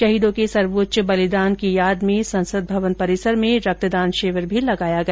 शहीदों के सर्वोच्च बलिदान की स्मृति में संसद भवन परिसर में रक्तदान शिविर भी आयोजित किया गया